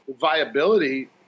viability